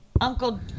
Uncle